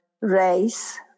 race